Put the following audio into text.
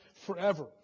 forever